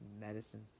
medicine